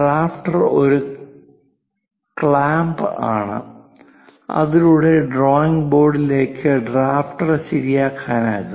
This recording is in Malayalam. ഡ്രാഫ്റ്റർ ഒരു ക്ലാമ്പാണ് അതിലൂടെ ഡ്രോയിംഗ് ബോർഡിലേക്ക് ഡ്രാഫ്റ്റർ ശരിയാക്കാനാകും